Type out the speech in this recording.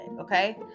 okay